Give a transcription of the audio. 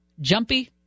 jumpy